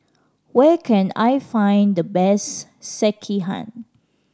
where can I find the best Sekihan